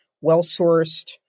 well-sourced